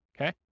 okay